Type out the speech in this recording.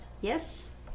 Yes